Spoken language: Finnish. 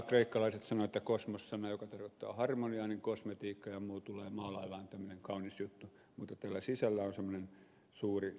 kreikkalaiset sanoivat että kosmos sana tarkoittaa harmoniaa niin että kosmetiikka ja muu tulee maalaillaan tällainen kaunis juttu mutta täällä sisällä on semmoinen suuri mätä